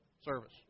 service